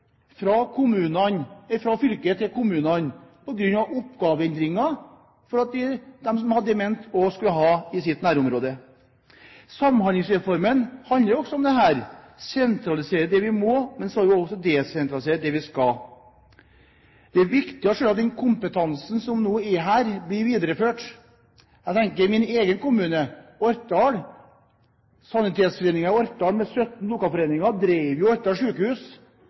fra fylket til kommunene på grunn av oppgaveendringer og for at de demente også skulle få være i sitt nærområde. Samhandlingsreformen handler også om dette. Vi sentraliserer det vi må, men så har vi også desentralisert det vi skal. Det er viktig at den kompetansen som nå er her, blir videreført. Jeg tenker på min egen kommune, Orkdal. Sanitetsforeningen i Orkdal med 17 lokalforeninger drev